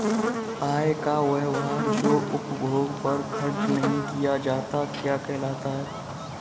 आय का वह भाग जो उपभोग पर खर्च नही किया जाता क्या कहलाता है?